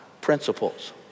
principles